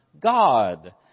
God